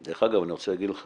דרך אגב, אני רוצה להגיד לך